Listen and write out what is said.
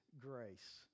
grace